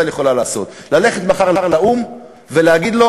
יכולה לעשות: ללכת מחר לאו"ם ולהגיד לו,